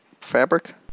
fabric